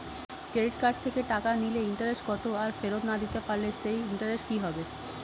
Credit card থেকে টাকা নিলে ইন্টারেস্ট কত আর ফেরত দিতে না পারলে সেই ইন্টারেস্ট কি হবে?